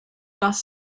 bus